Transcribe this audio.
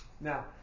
Now